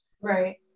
Right